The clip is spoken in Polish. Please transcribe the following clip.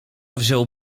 wziął